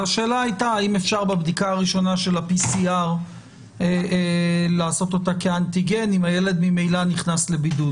ובדיקות ה-PCR מיועדות למגעים,